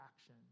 action